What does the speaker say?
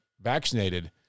vaccinated